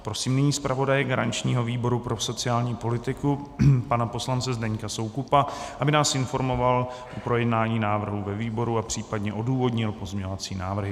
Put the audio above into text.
Prosím nyní zpravodaje garančního výboru pro sociální politiku pana poslance Zdeňka Soukupa, aby nás informoval o projednání návrhu ve výboru a případně odůvodnil pozměňovací návrhy.